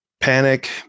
panic